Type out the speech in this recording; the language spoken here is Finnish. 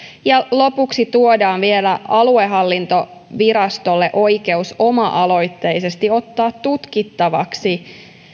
lopuksi tässä tuodaan vielä aluehallintovirastolle oikeus oma aloitteisesti ottaa tutkittavaksi